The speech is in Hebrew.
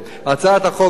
הצעת חוק זו,